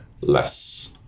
less